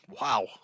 Wow